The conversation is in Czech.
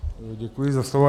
Děkuji za slovo.